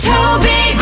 Toby